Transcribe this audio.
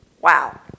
Wow